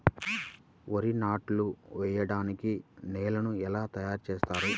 వరి నాట్లు వేయటానికి నేలను ఎలా తయారు చేస్తారు?